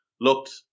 looked